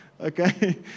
Okay